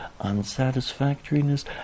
unsatisfactoriness